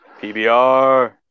PBR